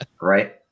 Right